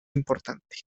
importante